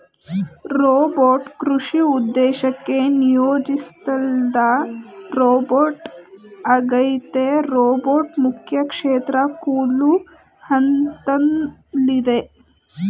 robot ಕೃಷಿ ಉದ್ದೇಶಕ್ಕೆ ನಿಯೋಜಿಸ್ಲಾದ ರೋಬೋಟ್ಆಗೈತೆ ರೋಬೋಟ್ ಮುಖ್ಯಕ್ಷೇತ್ರ ಕೊಯ್ಲು ಹಂತ್ದಲ್ಲಿದೆ